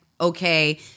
okay